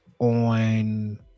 on